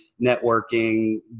networking